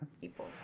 people